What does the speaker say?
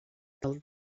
del